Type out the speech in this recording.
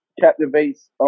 captivates